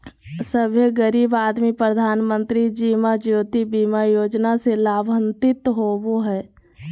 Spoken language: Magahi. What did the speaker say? सभे गरीब आदमी प्रधानमंत्री जीवन ज्योति बीमा योजना से लाभान्वित होले हें